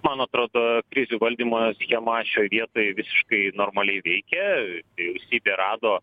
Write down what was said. man atrodo krizių valdymo schema šioj vietoj visiškai normaliai veikė vyriaustybė rado